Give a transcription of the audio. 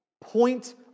point